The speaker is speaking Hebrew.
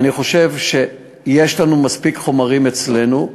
אני חושב שיש לנו מספיק חומרים אצלנו.